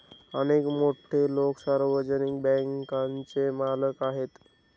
अनेक मोठे लोकं सार्वजनिक बँकांचे मालक आहेत